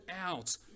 out